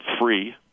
free